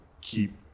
keep